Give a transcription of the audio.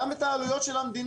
גם את העלויות של המדינה.